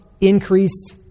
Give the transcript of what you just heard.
increased